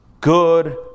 good